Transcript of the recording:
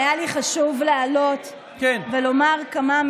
וחשב שהם